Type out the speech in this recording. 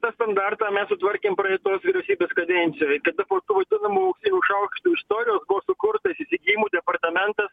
tą standartą mes sutvarkėm praeitos vyriausybės kadencijoj kada po to vadinamų šaukštų istorijų sukurtas įsigijimų departamentas